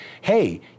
hey